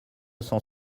cent